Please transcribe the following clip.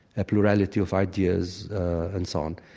a plurality of ideas and so on.